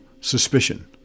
suspicion